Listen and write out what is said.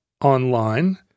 online